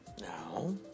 Now